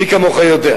מי כמוך יודע.